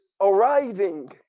arriving